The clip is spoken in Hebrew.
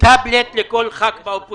בואו